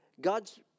God's